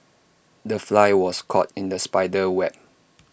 the fly was caught in the spider's web